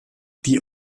die